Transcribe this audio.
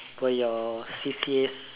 for your C_C_A